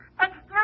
Excuse